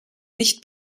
nicht